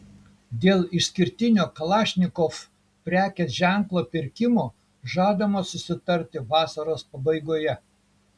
dėl išskirtinio kalašnikov prekės ženklo pirkimo žadama susitarti vasaros pabaigoje